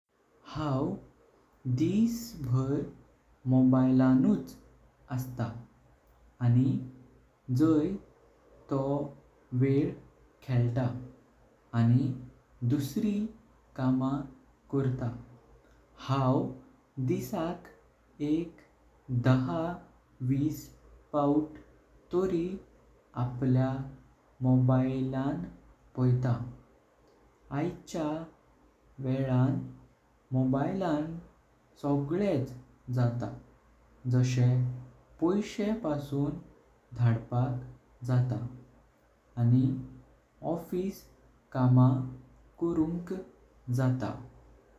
हांव दिस भर मोबिलानुच अस्तां आनी जाय तो वेल खेलता। आनी दुसरी कामां कोरता हांव दिसाक एक धा विस पावथ तोरि आपल्या मोबिलनां पोईता। आयच्या वेलनां मोबिलान सगळेच जाता जाशे पैशें पासून धडपाक जाता आनी ऑफिस कामा करुंक जाता।